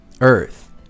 earth